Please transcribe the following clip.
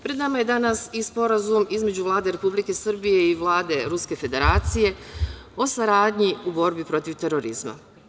Pred nama je danas i Sporazum između Vlade Republike Srbije i Vlade Ruske Federacije o saradnji u borbi protiv terorizma.